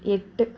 எட்டு